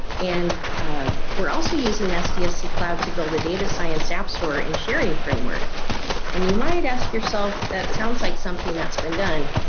and ah we're also using sdsc cloud to build a data science app store and sharing framework and you might ask yourself that sounds like something that's been done